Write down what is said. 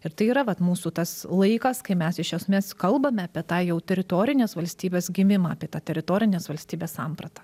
ir tai yra vat mūsų tas laikas kai mes iš esmės kalbame apie tą jau teritorinės valstybės gimimą apie tą teritorinės valstybės sampratą